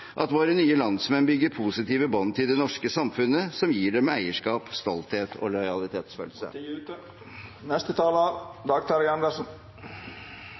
at våre nye landsmenn bygger positive bånd til det norske samfunnet som gir dem eierskap, stolthet og lojalitetsfølelse.